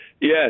Yes